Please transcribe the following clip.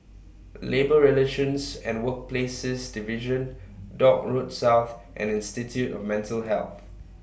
Labour Relations and Workplaces Division Dock Road South and Institute of Mental Health